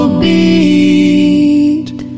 beat